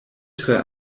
tre